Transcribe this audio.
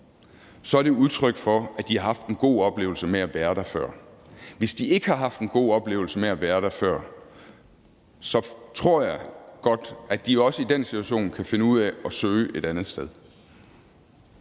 er det udtryk for, at de har haft en god oplevelse med at være der før. Hvis de ikke har haft en god oplevelse med at være der før, tror jeg, at de også i den situation godt kan finde ud af at søge et andet sted.